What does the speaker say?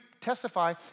testify